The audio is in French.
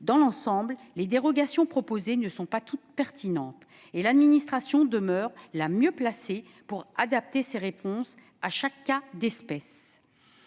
Dans l'ensemble, les dérogations proposées ne sont pas toutes pertinentes et l'administration demeure la mieux placée pour adapter ses réponses à chaque cas d'espèce.